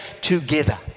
together